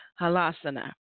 halasana